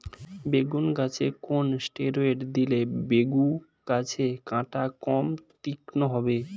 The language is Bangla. বেগুন গাছে কোন ষ্টেরয়েড দিলে বেগু গাছের কাঁটা কম তীক্ষ্ন হবে?